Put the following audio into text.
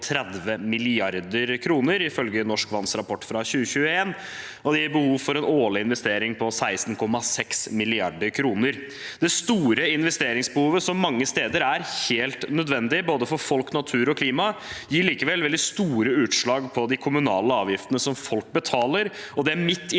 330 mrd. kr, ifølge Norsk Vanns rapport fra 2021, og det gir behov for en årlig investering på 16,6 mrd. kr. Det store investeringsbehovet som mange steder er helt nødvendig, for både folk, natur og klima, gir likevel veldig store utslag på de kommunale avgiftene som folk betaler, og det midt i